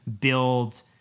build